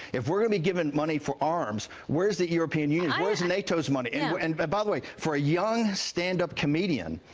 if we're given money forearms where is the european union ah and nato's money ah and by by the way, for a young, standup comedian,